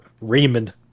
Raymond